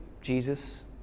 Jesus